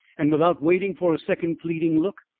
and without waiting for a second pleading look,